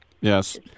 Yes